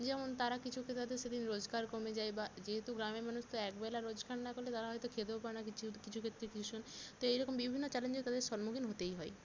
যেমন তারা কিছু ক্ষেত্রে তাদের সেদিন রোজগার কমে যায় বা যেহেতু গ্রামের মানুষ তো একবেলা রোজকার না করলে তারা হয়তো খেতেও পায় না কিছু কিছু ক্ষেত্রে কিছু জন তো এই রকম বিভিন্ন চ্যালেঞ্জের তাদের সম্মুখীন হতেই হয়